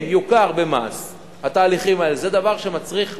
אם יוכר במס התהליך הזה, זה דבר שמצריך מאבק,